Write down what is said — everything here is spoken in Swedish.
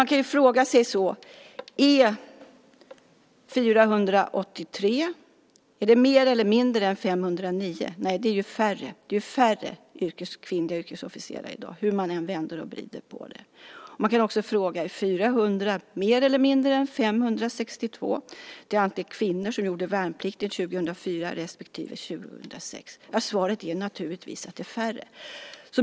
Man kan fråga sig om 483 är fler eller färre än 509. Det är förstås färre. Hur man än vänder och vrider på det finns det färre kvinnliga yrkesofficerare i dag. Vidare kan man fråga sig om 400 är fler eller färre än 562, det antal kvinnor som gjorde värnplikten 2006 respektive 2004. Svaret är naturligtvis att det är färre.